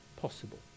possible